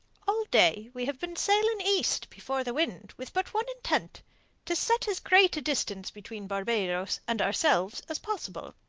all day we have been sailing east before the wind with but one intent to set as great a distance between barbados and ourselves as possible.